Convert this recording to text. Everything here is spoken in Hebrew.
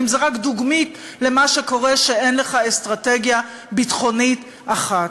זה רק דוגמית למה שקורה כשאין לך אסטרטגיה ביטחונית אחת.